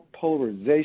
polarization